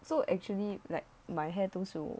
so actually like my hair 都是我